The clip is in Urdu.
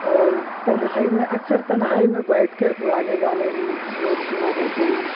اور تنہائی میں اکثر تنہائی میں بیٹھ کر پرانے گانے ہی لوگ سنا کرتے ہیں